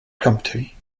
country